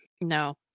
No